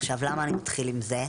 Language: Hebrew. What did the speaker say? עכשיו, למה אני מתחיל עם זה?